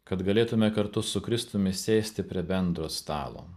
kad galėtume kartu su kristumi sėsti prie bendro stalo